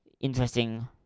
interesting